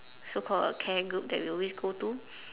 so called a care group that we always go to